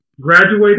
graduated